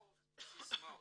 לא מדברים בסיסמאות.